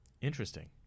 Interesting